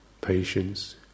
patience